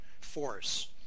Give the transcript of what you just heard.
force